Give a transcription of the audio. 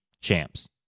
champs